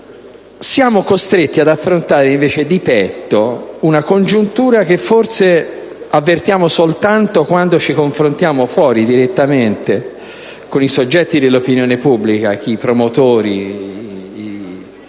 siamo costretti ad affrontare di petto una congiuntura che forse avvertiamo soltanto quando ci confrontiamo fuori direttamente con i soggetti dell'opinione pubblica, i promotori, i giornalisti,